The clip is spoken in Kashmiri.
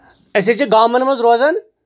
أسۍ حظ چھِ گامَن منٛز روزان